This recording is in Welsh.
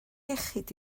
iechyd